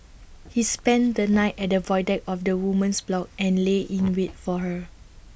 he spent the night at the void deck of the woman's block and lay in wait for her